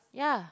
ya